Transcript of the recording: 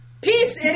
Peace